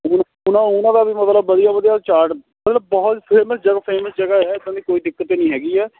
ਹੁਣ ਉਹਨਾਂ ਉਹਨਾਂ ਦਾ ਵੀ ਮਤਲਬ ਵਧੀਆ ਵਧੀਆ ਚਾਟ ਮਤਲਬ ਬਹੁਤ ਫੇਮਸ ਫੇਮਸ ਜਗ੍ਹਾ ਹੈ ਇੱਦਾਂ ਦੀ ਕੋਈ ਦਿੱਕਤ ਹੀ ਨੀ ਹੈਗੀ ਹੈ